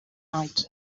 night